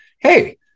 hey